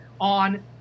on